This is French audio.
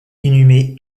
inhumé